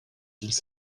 gilles